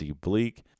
bleak